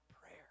prayer